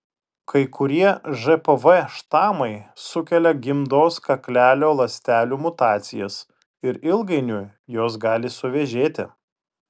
kai kurie žpv štamai sukelia gimdos kaklelio ląstelių mutacijas ir ilgainiui jos gali suvėžėti